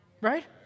Right